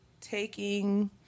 taking